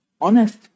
honest